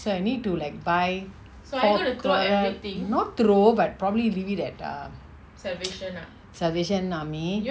so I need to like buy pot corer not throw but probably leave it at err salvation army